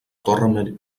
torre